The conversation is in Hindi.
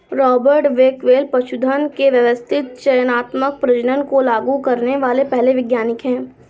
रॉबर्ट बेकवेल पशुधन के व्यवस्थित चयनात्मक प्रजनन को लागू करने वाले पहले वैज्ञानिक है